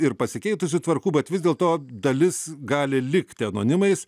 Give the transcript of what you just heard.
ir pasikeitusių tvarkų bet vis dėlto dalis gali likti anonimais